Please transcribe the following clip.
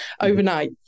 overnight